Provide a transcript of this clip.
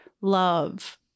love